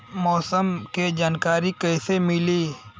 मौसम के जानकारी कैसे मिली?